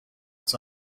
its